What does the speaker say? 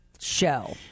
show